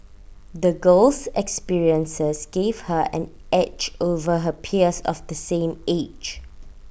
the girl's experiences gave her an edge over her peers of the same age